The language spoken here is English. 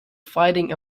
fighting